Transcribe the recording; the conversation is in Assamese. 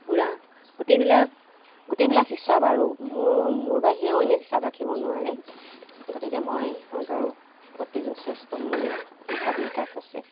পূৰা গোটেইবিলাক গোটেইবিলাক হিচাপ আৰু মোৰ মোৰ বাহিৰেও অইনে হিচাপ ৰাখিব নোৱাৰে গতিকে মই সিহঁতৰ প্ৰতি যথেষ্ট মোৰ হিচাপ নিকাচ আছে